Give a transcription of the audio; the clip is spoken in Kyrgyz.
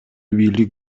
бийлик